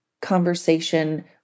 conversation